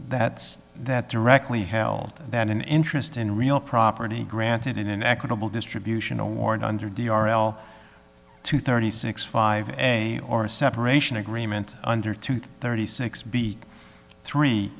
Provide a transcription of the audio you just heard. that that directly held that an interest in real property granted in an equitable distribution award under d r l two thirty six five a or a separation agreement under two thirty six b three